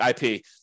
IP